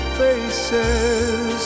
faces